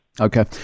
Okay